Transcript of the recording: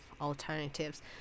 alternatives